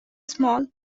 small